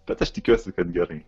bet aš tikiuosi kad gerai